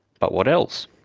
but what else?